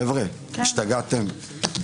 חבר'ה, השתגעתם.